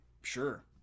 Sure